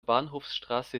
bahnhofsstraße